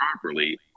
properly